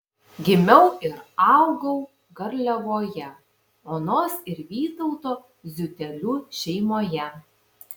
gimiau ir augau garliavoje onos ir vytauto ziutelių šeimoje